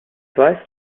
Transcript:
weiß